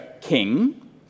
king